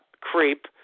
creep